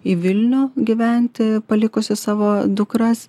į vilnių gyventi palikusi savo dukras